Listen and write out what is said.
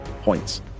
points